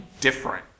different